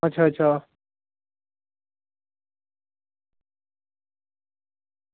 अच्छा अच्छा